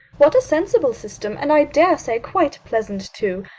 what a sensible system, and i dare say quite pleasant too.